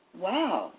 wow